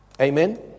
Amen